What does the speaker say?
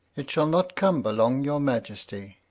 it shall not cumber long your majesty.